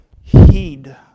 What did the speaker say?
heed